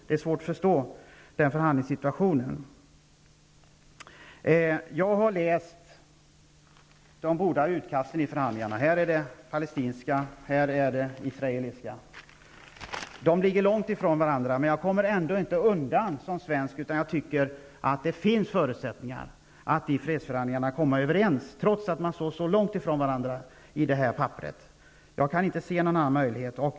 Det är svårt att förstå den förhandlingssituationen. Jag har läst de båda utkasten i förhandlingarna, och jag har här det palestinska och det israeliska utkastet. De ligger långt ifrån varandra, men det finns ändå förutsättningar att komma överens i fredsförhandlingarna. Som svensk kommer jag inte undan det, och jag kan inte se någon annan möjlighet.